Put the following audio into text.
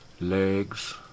legs